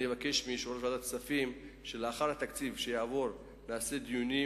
אני אבקש מיושב-ראש ועדת הכספים שלאחר שיעבור התקציב נקיים דיונים